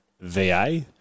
VA